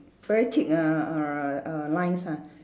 very thick uh uh uh lines ah